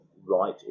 right